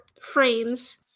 frames